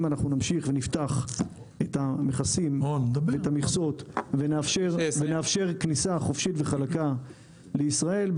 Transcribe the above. אם נמשיך ונפתח את המכסים והמכסות ונאפשר כניסה חופשית וחלקה לישראל,